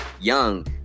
young